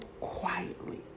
quietly